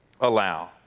allow